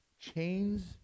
chains